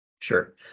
Sure